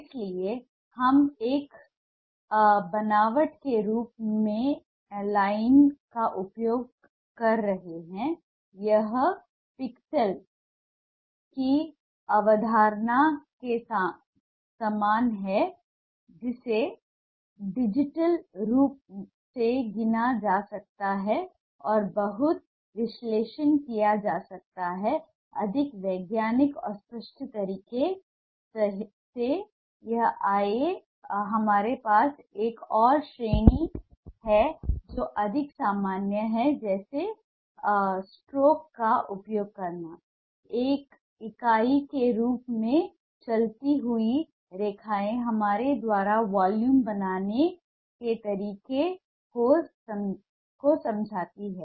इसलिए हम एक बनावट के रूप में लाइन का उपयोग कर रहे हैं यह पिक्सेल की अवधारणा के समान है जिसे डिजिटल रूप से गिना जा सकता है और बहुत विश्लेषण किया जा सकता अधिक वैज्ञानिक और स्पष्ट तरीके से है आइए हमारे पास एक और श्रेणी है जो अधिक सामान्य है जैसे स्ट्रोक का उपयोग करना एक इकाई के रूप में चलती हुई रेखाएं हमारे द्वारा वॉल्यूम बनाने के तरीके को समझती हैं